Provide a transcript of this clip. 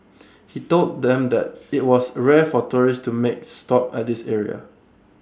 he told them that IT was rare for tourists to make stop at this area